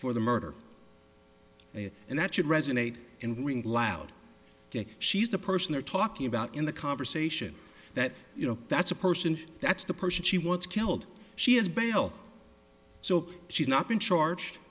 for the murder and that should resonate in ring loud she's the person they're talking about in the conversation that you know that's a person that's the person she wants killed she has bail so she's not been charged